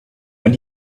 when